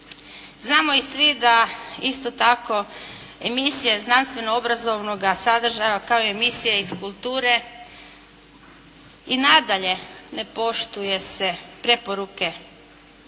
Znamo i svi da isto tako emisije znanstveno-obrazovnoga sadržaja, kao i emisije iz kulture i nadalje ne poštuje se preporuke